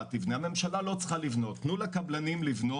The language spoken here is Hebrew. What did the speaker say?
כפי שצריך את מדינת ישראל ב-30 השנים הקרובות.